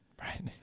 Right